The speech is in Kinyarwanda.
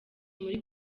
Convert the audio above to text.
muri